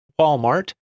Walmart